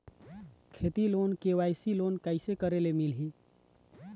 खेती loan KYC loan कइसे करे ले मिलही?